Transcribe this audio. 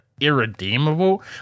irredeemable